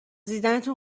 دیدنتون